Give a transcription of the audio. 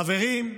חברים,